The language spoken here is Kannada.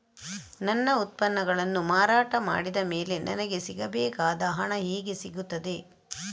ನನ್ನ ಉತ್ಪನ್ನಗಳನ್ನು ಮಾರಾಟ ಮಾಡಿದ ಮೇಲೆ ನನಗೆ ಸಿಗಬೇಕಾದ ಹಣ ಹೇಗೆ ಸಿಗುತ್ತದೆ?